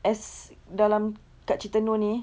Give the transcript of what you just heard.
as dalam dekat cerita nur ini